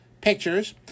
pictures